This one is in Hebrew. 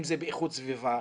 אם זה באיכות סביבה.